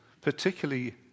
particularly